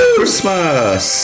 Christmas